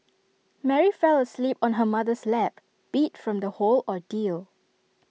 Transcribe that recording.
Mary fell asleep on her mother's lap beat from the whole ordeal